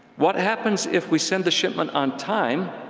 what happens if we send the shipment on time,